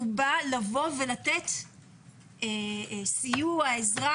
הוא בא לתת סיוע ועזרה,